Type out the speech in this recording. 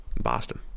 Boston